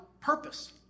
purpose